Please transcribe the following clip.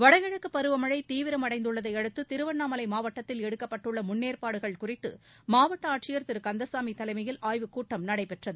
வடகிழக்கு பருவமழை தீவிரமடைந்துள்ளதையடுத்து திருவண்ணாமலை மாவட்டக்கில் எடுக்கப்பட்டுள்ள முன்னேற்பாடுகள் குறித்து மாவட்ட ஆட்சியர் திரு கந்தசாமி தலைமையில் ஆய்வுக்கூட்டம் நடைபெற்றது